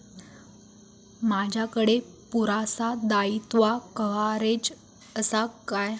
माजाकडे पुरासा दाईत्वा कव्हारेज असा काय?